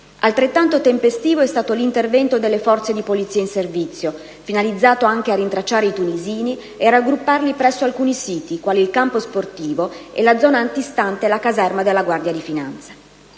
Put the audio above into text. Altrettanto tempestivo è stato l'intervento delle forze di polizia in servizio, finalizzato anche a rintracciare i tunisini e a raggrupparli presso alcuni siti, quali il campo sportivo e la zona antistante la caserma della Guardia di finanza.